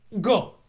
Go